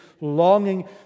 longing